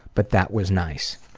but that was nice.